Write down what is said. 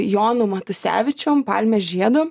jonu matusevičium palmės žiedu